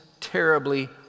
terribly